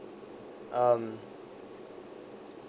um